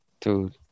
Dude